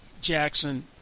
Jackson